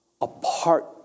apart